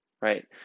right